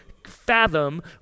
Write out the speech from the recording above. fathom